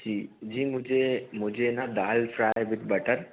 जी जी मुझे मुझे न दाल फ्राई विथ बटर